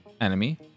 enemy